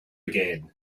again